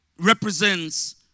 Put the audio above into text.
represents